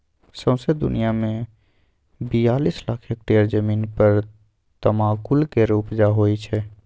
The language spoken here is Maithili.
सौंसे दुनियाँ मे बियालीस लाख हेक्टेयर जमीन पर तमाकुल केर उपजा होइ छै